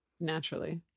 Naturally